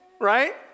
Right